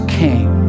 came